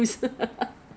这样大瓶 free ah